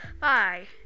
Bye